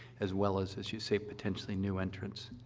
as well as, as you say, potentially new entrance.